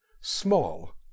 small